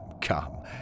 come